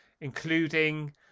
Including